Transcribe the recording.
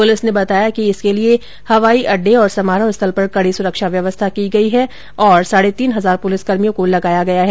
police ने बताया कि इसके लिए हवाई अड्डे और समारोह स्थल पर कड़ी सुरक्षा व्यवस्था की गई है और इसके लिए साढ़े तीन हजार पुलिसकर्मियों को लगाया गया हैं